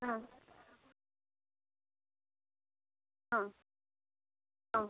ആ ആ ആ